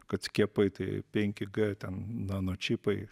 kad skiepai tai penki g ten nano čipai